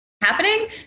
happening